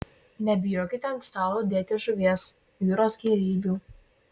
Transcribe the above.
nebijokite ant stalo dėti žuvies jūros gėrybių